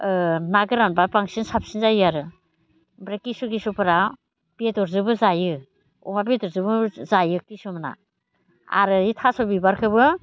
ना गोरानबा बांसिन साबसिन जायो आरो ओमफ्राय किसु किसुफोरा बेदरजोंबो जायो अमा बेदरजोंबो जायो किसुमाना आरो बे थास' बिबारखौबो